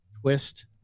twist